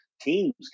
teams